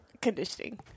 Conditioning